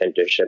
internship